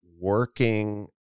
working